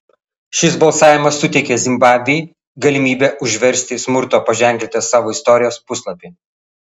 šis balsavimas suteikė zimbabvei galimybę užversti smurto paženklintą savo istorijos puslapį